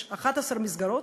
יש 11 מסגרות,